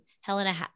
helena